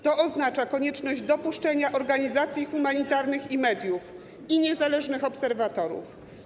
To oznacza konieczność dopuszczenia organizacji humanitarnych, mediów i niezależnych obserwatorów.